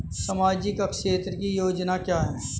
सामाजिक क्षेत्र की योजना क्या है?